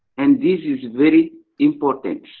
and this is very important.